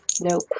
Nope